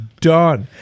done